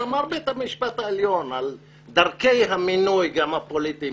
אמר בית המשפט העליון לגבי דרכי המינוי הפוליטי,